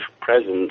presence